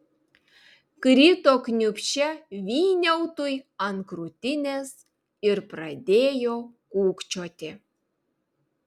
krito kniūbsčia vyniautui ant krūtinės ir pradėjo kūkčioti